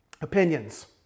Opinions